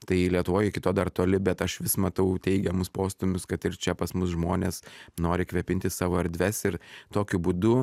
tai lietuvoj iki to dar toli bet aš vis matau teigiamus postūmius kad ir čia pas mus žmonės nori kvėpinti savo erdves ir tokiu būdu